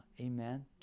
Amen